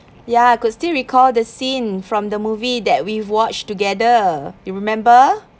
ya I could still recall the scene from the movie that we watched together you remember